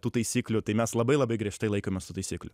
tų taisyklių tai mes labai labai griežtai laikomės tų taisyklių